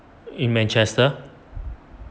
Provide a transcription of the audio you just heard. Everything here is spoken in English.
in manchester